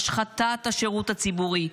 השחתת השירות הציבורי,